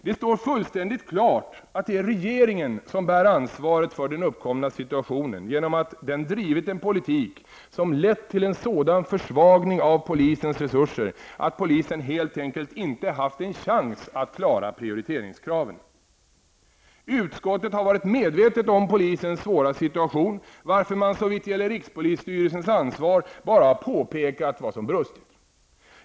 Det står fullständigt klart att det är regeringen som bär ansvaret för den uppkomna situationen genom att den har drivit en politik som har lett till en sådan försvagning av polisens resurser att polisen helt enkelt inte har haft en chans att klara prioriteringskraven. Utskottet har varit medvetet om polisens svåra situation, varför man såvitt gäller rikspolisstyrelsesn ansvar bara har påpekat vad som har brustit.